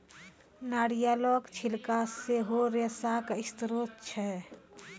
नारियलो के छिलका सेहो रेशा के स्त्रोत छै